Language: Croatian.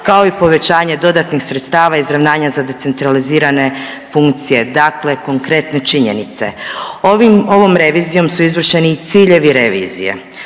kao i povećanje dodatnih sredstava izravnanja za decentralizirane funkcije dakle, konkretne činjenice. Ovim, ovom revizijom su izvršeni i ciljevi revizije.